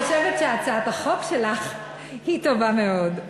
אני חושבת שהצעת החוק שלך טובה מאוד.